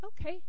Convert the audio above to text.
okay